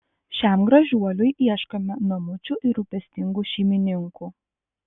šiam gražuoliui ieškome namučių ir rūpestingų šeimininkų